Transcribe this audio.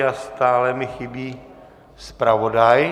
Stále mi chybí zpravodaj.